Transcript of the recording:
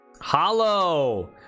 Hollow